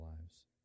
lives